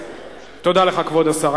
תודה לך, כבוד השר.